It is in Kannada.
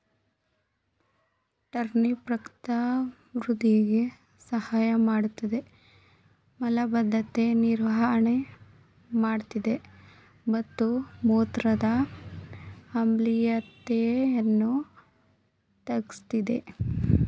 ಟರ್ನಿಪ್ ರಕ್ತ ವೃಧಿಗೆ ಸಹಾಯಮಾಡ್ತದೆ ಮಲಬದ್ಧತೆ ನಿವಾರಣೆ ಮಾಡ್ತದೆ ಮತ್ತು ಮೂತ್ರದ ಆಮ್ಲೀಯತೆಯನ್ನು ತಗ್ಗಿಸ್ತದೆ